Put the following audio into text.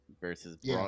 versus